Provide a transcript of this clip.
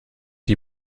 die